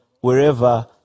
wherever